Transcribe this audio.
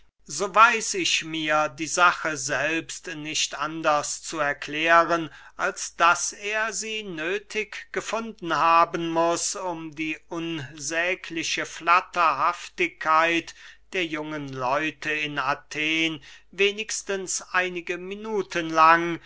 so weiß ich mir die sache selbst nicht anders zu erklären als daß er sie nöthig gefunden haben muß um die unsägliche flatterhaftigkeit der jungen leute in athen wenigstens einige minuten lang